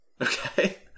Okay